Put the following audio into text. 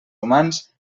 humans